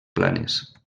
planes